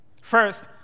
First